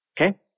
Okay